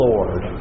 Lord